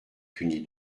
punie